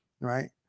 Right